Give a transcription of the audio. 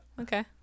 Okay